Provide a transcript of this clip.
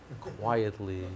quietly